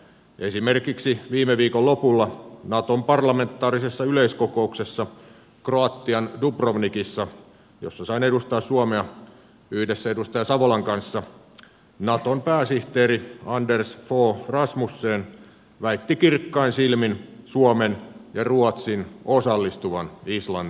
esimerkiksi viime viikon lopulla naton parlamentaarisessa yleiskokouksessa kroatian dubrovnikissa jossa sain edustaa suomea yhdessä edustaja savolan kanssa naton pääsihteeri anders fogh rasmussen väitti kirkkain silmin suomen ja ruotsin osallistuvan islannin ilmavalvontaan